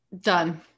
Done